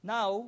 Now